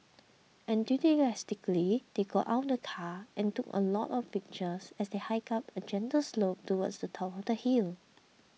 enthusiastically they got out of the car and took a lot of pictures as they hiked up a gentle slope towards the top of the hill